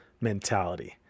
mentality